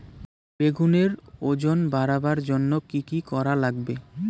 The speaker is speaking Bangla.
বেগুনের ওজন বাড়াবার জইন্যে কি কি করা লাগবে?